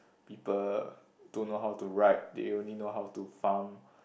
people don't know how to write they only know how to farm